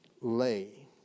lay